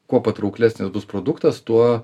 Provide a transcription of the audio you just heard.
kuo patrauklesnis bus produktas tuo